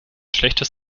schlechtes